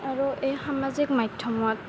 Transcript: আৰু এই সামাজিক মাধ্যমত